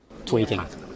Tweeting